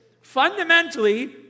Fundamentally